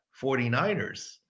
49ers